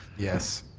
yes.